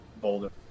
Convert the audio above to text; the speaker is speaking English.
boulder